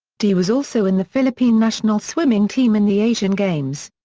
dee was also in the philippine national swimming team in the asian games.